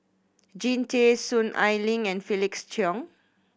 Jean Tay Soon Ai Ling and Felix Cheong